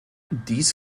dies